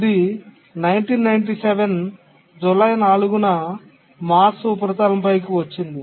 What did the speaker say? ఇది 1997 జూలై 4 న మార్స్ ఉపరితలంపైకి వచ్చింది